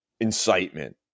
incitement